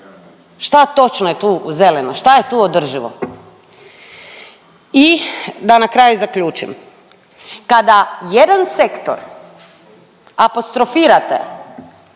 Šta točno je tu zeleno, šta je tu održivo? I da na kraju zaključim. Kada jedan sektor apostrofirate,